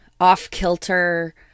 off-kilter